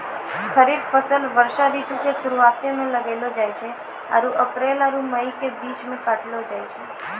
खरीफ फसल वर्षा ऋतु के शुरुआते मे लगैलो जाय छै आरु अप्रैल आरु मई के बीच मे काटलो जाय छै